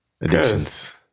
addictions